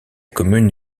commune